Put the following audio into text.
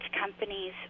companies